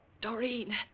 Doreen